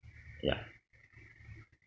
ya